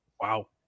Wow